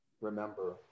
remember